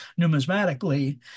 numismatically